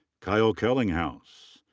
kyle kellinghaus.